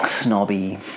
snobby